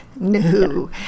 No